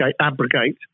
abrogate